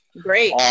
great